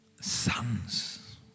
sons